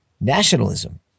nationalism